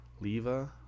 Leva